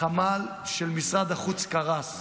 החמ"ל של משרד החוץ קרס.